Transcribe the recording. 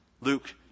Luke